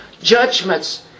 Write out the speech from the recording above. judgments